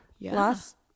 last